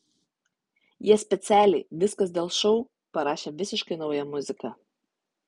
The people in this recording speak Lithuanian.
jie specialiai viskas dėl šou parašė visiškai naują muziką